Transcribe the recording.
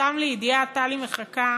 סתם לידיעה, טלי מחכה